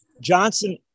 Johnson